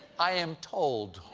i am told.